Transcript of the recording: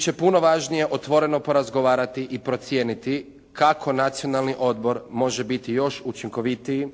će puno važnije otvoreno porazgovarati i procijeniti kako Nacionalni odbor može biti još učinkovitiji